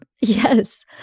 Yes